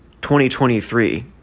2023